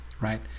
right